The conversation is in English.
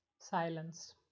Silence